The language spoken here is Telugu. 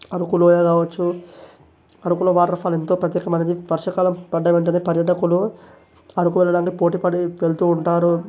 అరకు లోయ కావచ్చు అరకులో వాటర్ ఫాల్ ఎంతో ప్రత్యేకమైనది వర్షా కాలం పడ్డ వెంటనే పర్యాటకులు అరకు వెళ్ళడానికి పోటీపడి వెళ్తూ ఉంటారు